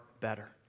better